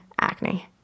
acne